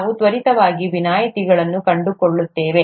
ನಾವು ತ್ವರಿತವಾಗಿ ವಿನಾಯಿತಿಗಳನ್ನು ಕಂಡುಕೊಳ್ಳುತ್ತೇವೆ